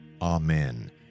Amen